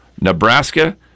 Nebraska